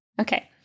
Okay